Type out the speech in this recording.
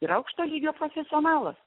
ir aukšto lygio profesionalas